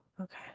okay